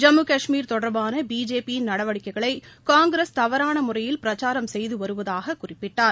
ஜம்மு காஷ்மீர் தொடர்பான பிஜேபியின் நடவடிக்கைகளை காங்கிரஸ் தவறான முறையில் பிரச்சாரம் செய்து வருவதாக குறிப்பிட்டார்